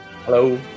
Hello